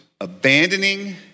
abandoning